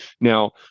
Now